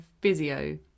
physio